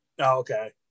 okay